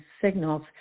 signals